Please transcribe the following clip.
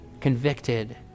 convicted